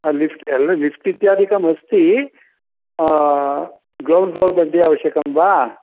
lift एल्ला lift इत्यादिकमस्ति ground floor मध्ये आवश्यकं वा